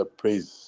praise